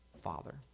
father